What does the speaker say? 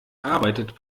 arbeitet